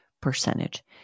percentage